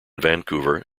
vancouver